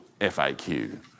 FAQ